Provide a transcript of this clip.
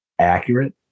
accurate